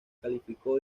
calificó